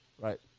right